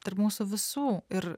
tarp mūsų visų ir